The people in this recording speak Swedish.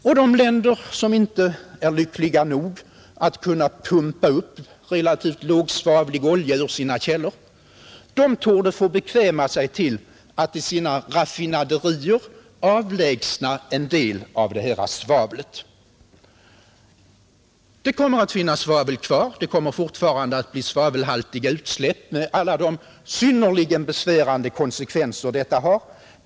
Och de länder som inte är lyckliga nog att kunna pumpa upp relativt lågsvavliga oljor ur sina källor, torde få bekväma sig till att i sina raffinaderier avlägsna en del av svavlet. Men visst kommer det att finnas svavel kvar; det kommer fortfarande att bli svavelhaltiga utsläpp med alla de synnerligen besvärande konsekvenser detta har.